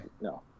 no